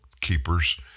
Keepers